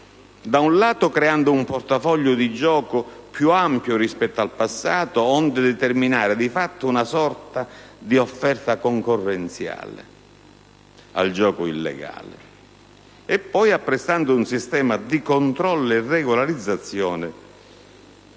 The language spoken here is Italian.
da un lato, creando un portafoglio di gioco più ampio rispetto al passato, onde determinare, di fatto, una sorta di offerta concorrenziale al gioco illegale; dall'altro, apprestando un sistema di controllo e regolarizzazione